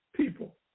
people